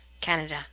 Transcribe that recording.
Canada